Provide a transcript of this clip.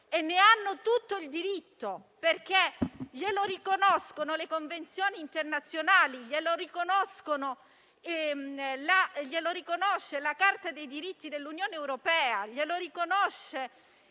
E ne hanno tutto il diritto, perché glielo riconoscono le convenzioni internazionali: glielo riconosce la Carta dei diritti fondamentale dell'Unione europea, glielo riconosce